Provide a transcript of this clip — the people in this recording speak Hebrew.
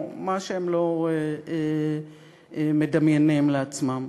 או מה שהם לא מדמיינים לעצמם.